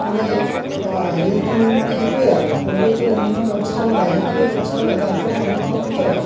মানে হেৰিটো মানে সেইটোৱেই আৰু পলিঅ'টো অন্য ব্যৱস্থা নলয় সেইটোৱে ব্যৱস্থা লয় তাৰপৰা মানুহ উপকৃত হয়